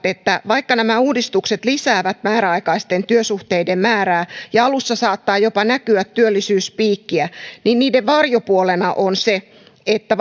että vaikka nämä uudistukset lisäävät määräaikaisten työsuhteiden määrää ja alussa saattaa jopa näkyä työllisyyspiikkiä niin niiden varjopuolena on se että